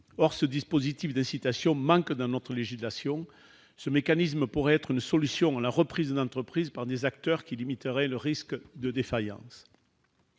Or ce dispositif d'incitation manque dans notre législation. Ce mécanisme pourrait être une solution de reprise des entreprises par des acteurs qui limiteraient le risque de défaillance.